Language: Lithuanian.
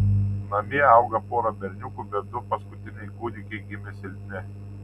namie auga pora berniukų bet du paskutiniai kūdikiai gimė silpni